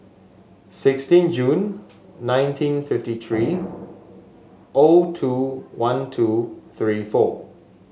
sixteen June nineteen fifty three O two one two three four